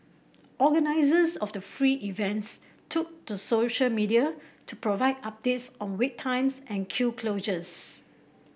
organisers of the free events took to social media to provide updates on wait times and queue closures